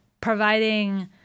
providing